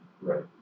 Right